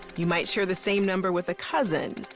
you might share the same number with a cousin,